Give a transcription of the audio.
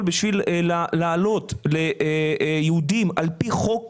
בשביל להעלות יהודים על פי חוק השבות,